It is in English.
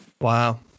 Wow